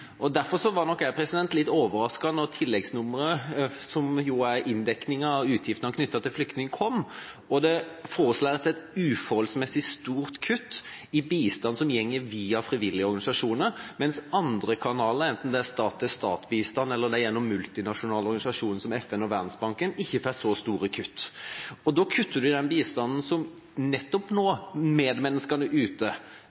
Derfor ble jeg litt overrasket da tilleggsnummeret, som handler om inndekninga av utgiftene knyttet til flyktninger, kom, og det blir foreslått et uforholdsmessig stort kutt i bistanden som går via frivillige organisasjoner, mens andre kanaler, enten det er stat-til-stat-bistand eller gjennom multinasjonale organisasjoner som FN og Verdensbanken, ikke får så store kutt. Da kutter man i nettopp den bistanden som når medmenneskene der ute,